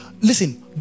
listen